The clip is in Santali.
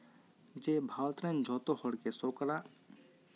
ᱡᱮ ᱵᱷᱟᱨᱚᱛ ᱨᱮᱱ ᱡᱚᱛᱚ ᱦᱚᱲᱜᱮ ᱥᱚᱨᱠᱟᱨᱟᱜ